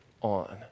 on